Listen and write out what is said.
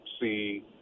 see